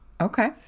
Okay